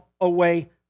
away